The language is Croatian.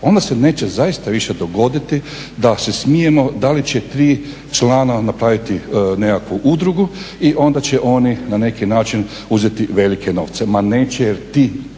Onda se neće zaista dogoditi da se smijemo da li će tri člana napraviti nekakvu udrugu i onda će oni na nekakav način uzeti velike novce. Ma neće, jer ti